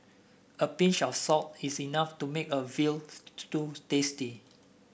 a pinch of salt is enough to make a veal stew tasty